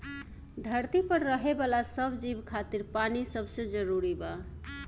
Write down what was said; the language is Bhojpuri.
धरती पर रहे वाला सब जीव खातिर पानी सबसे जरूरी बा